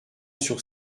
sur